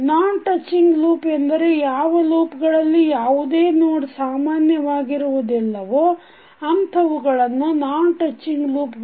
ನಾನ್ touching loop ಎಂದರೆ ಯಾವ loop ಗಳಲ್ಲಿ ಯಾವುದೇ ನೋಡ್ ಸಾಮಾನ್ಯವಾಗಿರುವುದಿಲ್ಲವೋ ಅಂತವುಗಳು ನಾನ್ ಟಚ್ಚಿಂಗ್ ಲೂಪ್ ಗಳು